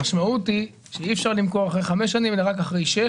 המשמעות היא שאי אפשר למכור אחרי חמש שנים אלא רק אחרי שש